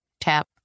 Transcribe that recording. tap